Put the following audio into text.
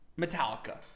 Metallica